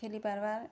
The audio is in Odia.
ଖେଲି ପାର୍ବା